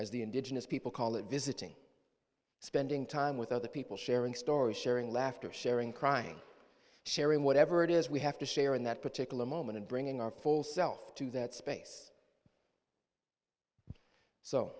as the indigenous people call it visiting spending time with other people sharing stories sharing laughter sharing crying sharing whatever it is we have to share in that particular moment and bringing our full self to that space so